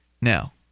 Now